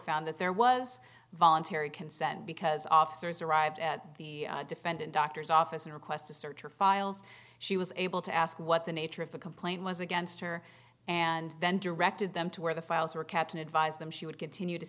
found that there was voluntary consent because officers arrived at the defendant doctor's office and request a search or files she was able to ask what the nature of the complaint was against her and then to directed them to where the files were kept and advise them she would continue to